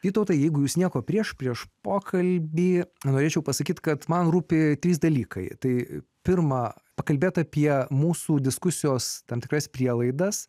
vytautai jeigu jūs nieko prieš prieš pokalbį norėčiau pasakyti kad man rūpėjo trys dalykai tai pirma pakalbėti apie mūsų diskusijos tam tikras prielaidas